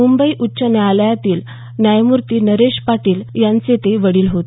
मुंबई उच्च न्यायालयातील न्यायमूर्ती नरेश पाटील यांचे ते वडील होत